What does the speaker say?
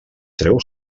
treu